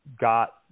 got